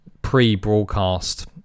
pre-broadcast